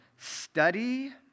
Study